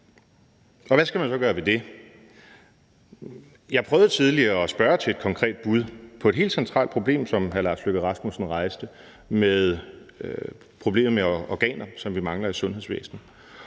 Hvad skal man så gøre ved det? Jeg prøvede tidligere at spørge til et konkret bud på et helt centralt problem, som hr. Lars Løkke Rasmussen rejste, nemlig problemet med organer, som vi mangler i sundhedsvæsenet.